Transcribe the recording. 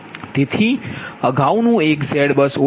તેથી અગાઉના એક ZBUSOLD છે